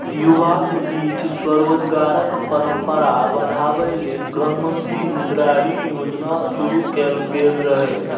युवाक बीच स्वरोजगारक परंपरा बढ़ाबै लेल प्रधानमंत्री मुद्रा ऋण योजना शुरू कैल गेल रहै